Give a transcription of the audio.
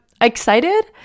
excited